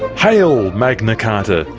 hail magna carta,